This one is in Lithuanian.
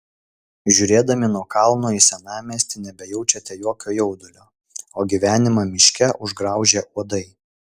žiūrėdami nuo kalno į senamiestį nebejaučiate jokio jaudulio o gyvenimą miške užgraužė uodai